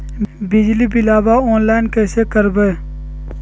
बिजली बिलाबा ऑनलाइन कैसे करबै?